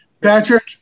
Patrick